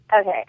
Okay